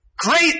great